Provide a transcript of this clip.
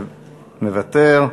מוותר,